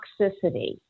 toxicity